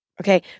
Okay